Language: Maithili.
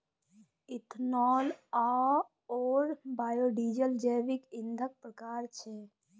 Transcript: इथेनॉल आओर बायोडीजल जैविक ईंधनक प्रकार छै